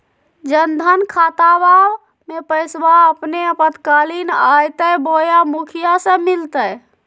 जन धन खाताबा में पैसबा अपने आपातकालीन आयते बोया मुखिया से मिलते?